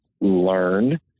learn